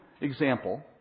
example